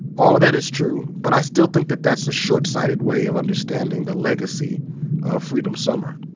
all of that is true, but i still think that that's a short-sighted way of understanding the legacy of freedom summer.